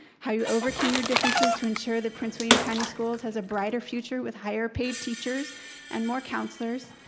how you overcame your differences to ensure the prince william county schools has brighter future with higher paid teachers and more counselors.